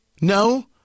No